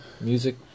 Music